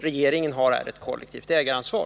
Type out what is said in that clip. Regeringen har här ett kollektivt ägaransvar.